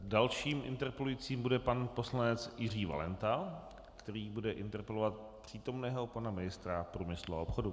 Další interpelující bude pan poslanec Jiří Valenta, který bude interpelovat přítomného pana ministra průmyslu a obchodu.